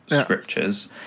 scriptures